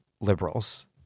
liberals